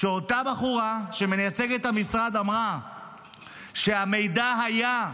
שאותה בחורה שמייצגת את המשרד אמרה שהמידע היה,